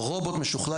רובוט משוכלל,